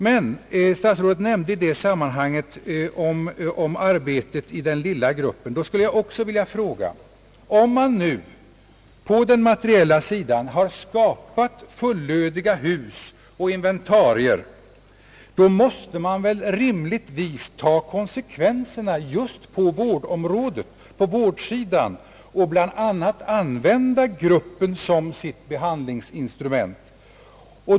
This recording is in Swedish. När statsrådet nämnde om arbetet i den lilla gruppen skulle jag vilja fråga: Om man nu på den materiella sidan har skapat fullödiga hus och inventarier, måste man väl rimligtvis ta konsekvenserna just på vårdsidan och bl.a. använda gruppen som sitt behandlingsinstrument?